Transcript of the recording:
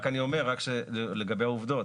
אני רק אומר לגבי העובדות,